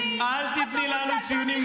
אל תיתני לנו ציונים,